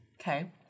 Okay